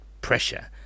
pressure